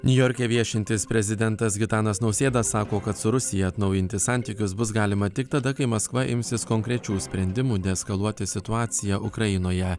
niujorke viešintis prezidentas gitanas nausėda sako kad su rusija atnaujinti santykius bus galima tik tada kai maskva imsis konkrečių sprendimų deeskaluoti situaciją ukrainoje